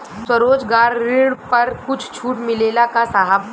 स्वरोजगार ऋण पर कुछ छूट मिलेला का साहब?